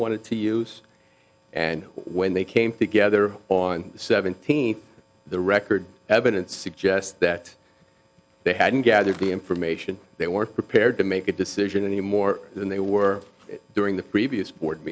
wanted to use and when they came together on seventeenth the record evidence suggests that they hadn't gathered the information they were prepared to make a decision any more than they were during the previous board